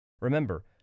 Remember